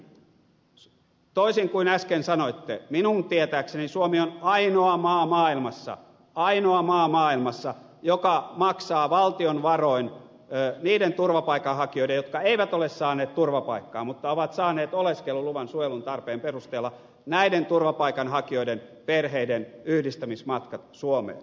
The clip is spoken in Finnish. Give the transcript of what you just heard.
ensinnäkin toisin kuin äsken sanoitte minun tietääkseni suomi on ainoa maa maailmassa ainoa maa maailmassa joka maksaa valtion varoin niiden turvapaikanhakijoiden jotka eivät ole saaneet turvapaikkaa mutta ovat saaneet oleskeluluvan suojelun tarpeen perusteella perheidenyhdistämismatkat suomeen